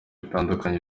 bitandukanye